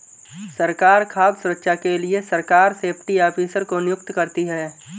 सरकार खाद्य सुरक्षा के लिए सरकार सेफ्टी ऑफिसर को नियुक्त करती है